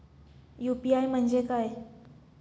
UPI म्हणजे काय?